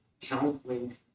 counseling